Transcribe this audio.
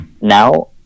Now